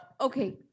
Okay